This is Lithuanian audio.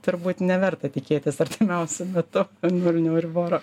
turbūt neverta tikėtis artimiausiu metu nulinio euriboro